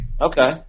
Okay